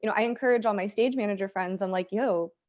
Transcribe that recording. you know i encourage all my stage manager friends, i'm like, yo,